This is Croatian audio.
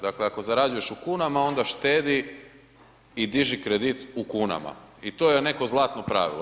Dakle, ako zarađuješ u kunama onda štedi i diži kredit u kunama i to je neko zlatno pravilo.